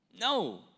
No